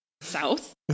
south